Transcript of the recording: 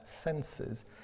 senses